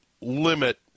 limit